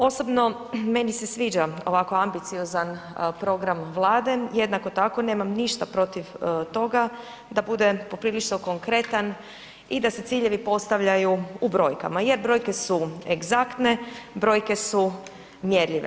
Osobno meni se sviđa ovako ambiciozan program Vlade, jednako tako nemam ništa protiv toga da bude poprilično konkretan i da se ciljevi postavljaju u brojkama jer brojke su egzaktne, brojke su mjerljive.